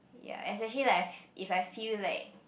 ya especially like if I feel like